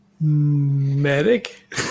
Medic